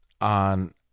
on